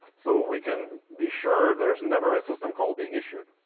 so we can be sure there's never a system call being issued.